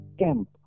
camp